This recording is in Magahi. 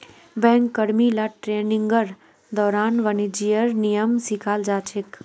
बैंक कर्मि ला ट्रेनिंगेर दौरान वाणिज्येर नियम सिखाल जा छेक